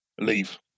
leave